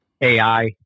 AI